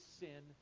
sin